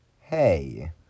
hey